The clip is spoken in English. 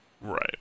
Right